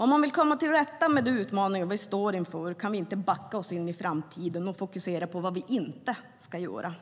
Om man vill komma till rätta med de utmaningar vi står inför kan vi inte backa oss in i framtiden och fokusera på vad vi inte ska göra.